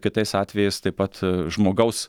kitais atvejais taip pat žmogaus